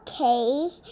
okay